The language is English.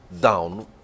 down